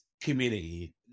community